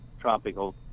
tropical